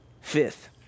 Fifth